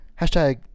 Hashtag